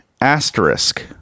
asterisk